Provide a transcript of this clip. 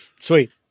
Sweet